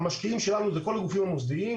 המשקיעים שלנו הם כל הגופים המוסדיים.